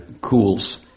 cools